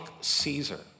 Caesar